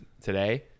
today